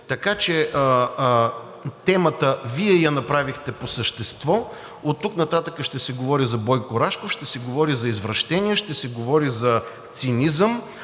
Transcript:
Така че темата Вие я направихте по същество. Оттук нататък ще се говори за Бойко Рашков, ще се говори за извращения, ще се говори за цинизъм.